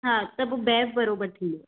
हा त पोइ बैफ बरोबर थींदो हा